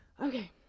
Okay